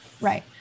right